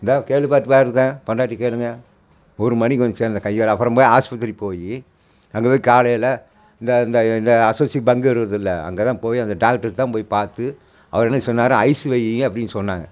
இந்த கேள்விப்பட்டு பாருங்க பொண்டாட்டி கேளுங்க ஒரு மணிக்கு வந்து சேர்ந்தேன் கையெல்லாம் அப்புறம் போய் ஆஸ்பத்திரிக்கு போய் அங்கே போய் காலையில் இந்த இந்த இந்த ஆசோஸ்ஸி பங்கு இருக்குதுல அங்கே தான் போய் அந்த டாக்டர் தான் போய் பார்த்து அவர் என்ன சொன்னாரு ஐஸ் வைங்க அப்டினு சொன்னாங்க